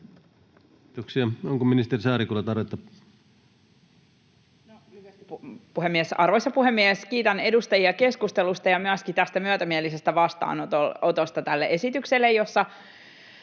muiksi laeiksi Time: 14:19 Content: Arvoisa Puhemies! Kiitän edustajia keskustelusta ja myöskin tästä myötämielisestä vastaanotosta tälle esitykselle, jossa